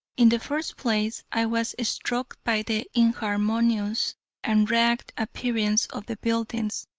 in the first place, i was struck by the inharmonious and ragged appearance of the buildings.